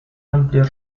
amplio